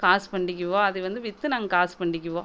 காசு பண்ணிக்குவோம் அதை வந்து விற்று நாங்கள் காசு பண்ணிக்குவோம்